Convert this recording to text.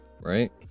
right